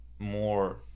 more